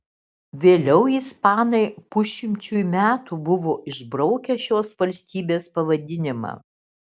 vėliau ispanai pusšimčiui metų buvo išbraukę šios valstybės pavadinimą